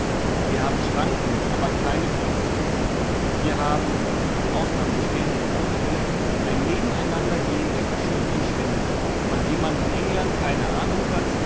wir haben schranken aber keine kluft wir haben ausnahmen bestätigen die regel ein nebeneinandergehen der verschiedenen stände von dem man in england keine ahnung hat